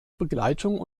begleitung